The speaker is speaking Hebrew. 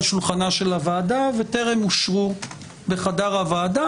שולחנה של הוועדה וטרם אושרו בחדר הוועדה.